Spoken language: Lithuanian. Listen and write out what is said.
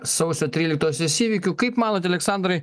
sausio tryliktosios įvykių kaip manot aleksandrai